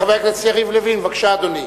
חבר הכנסת יריב לוין, בבקשה, אדוני,